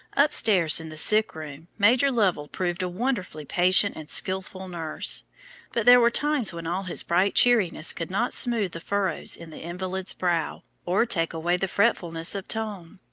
upstairs in the sick room major lovell proved a wonderfully patient and skillful nurse but there were times when all his bright cheeriness could not smooth the furrows in the invalid's brow, or take away the fretfulness of tone.